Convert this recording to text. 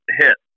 hit